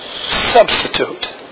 substitute